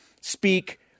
speak